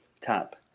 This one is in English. tap